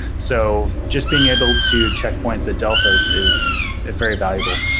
so just being able to checkpoint the deltas is very valuable.